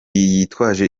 yitwaje